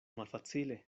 malfacile